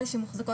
לכלובים.